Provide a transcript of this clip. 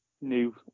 new